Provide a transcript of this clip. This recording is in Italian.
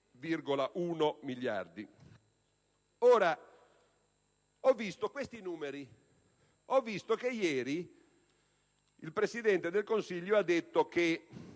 di 2,1 miliardi. Ho visto questi numeri e ho sentito che ieri il Presidente del Consiglio ha detto che